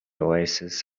oasis